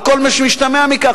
על כל מה שמשתמע מכך,